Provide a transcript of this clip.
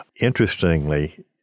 Interestingly